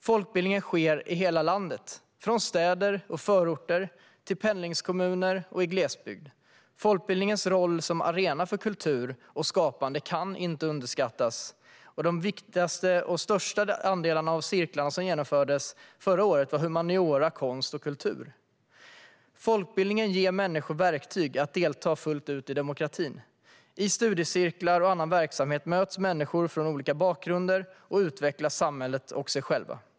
Folkbildningen sker i hela landet, från städer och förorter till pendlingskommuner och i glesbygd. Folkbildningens roll som arena för kultur och skapande kan inte underskattas. Den största andelen av de cirklar som anordnades under förra året handlade om humaniora, konst och kultur. Folkbildningen ger människor verktyg att delta fullt ut i demokratin. I studiecirklar och annan verksamhet möts människor från olika bakgrunder och utvecklar samhället och sig själva.